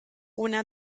una